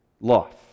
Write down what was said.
life